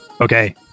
Okay